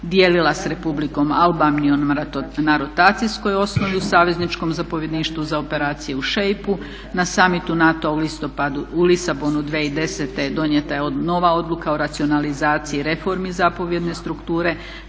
dijelila s Republikom Albanijom na rotacijskoj osnovi u savezničkom zapovjedništvu za operacije u …. Na summitu NATO-a u Lisabonu 2010. donijeta je nova odluka o racionalizaciji reformi zapovjedne strukture